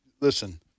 listen